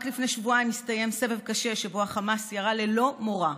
רק לפני שבועיים הסתיים סבב קשה שבו החמאס ירה ללא מורא,